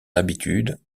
habitude